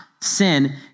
sin